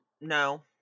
no